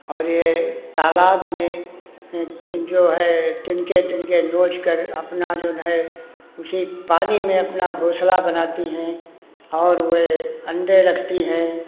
और ये तालाब में जो है तिनके तिनके नोच कर अपना जो है उसी पानी में अपना घोंसला बनाती है और वे अंडे रखती हैं